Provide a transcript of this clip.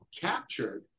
captured